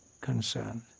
concerned